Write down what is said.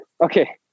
Okay